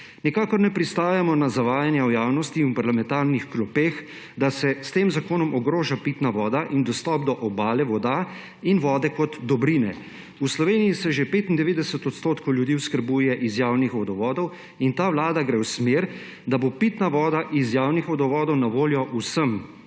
Nikakor ne pristajamo na zavajanje v javnosti in v parlamentarnih klopeh, da se s tem zakonom ogroža pitna voda in dostop do obale voda in vode kot dobrine. V Sloveniji se že 95 % ljudi oskrbuje iz javnih vodovodov in ta vlada gre v smer, da bo pitna voda iz javnih vodovodov na voljo vsem.